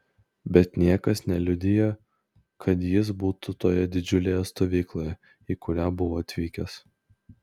bet niekas neliudijo kad jis būtų toje didžiulėje stovykloje į kurią buvo atvykęs